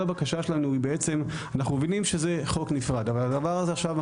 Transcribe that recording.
אנחנו מבינים שזה חוק נפרד אבל הדבר הזה עכשיו,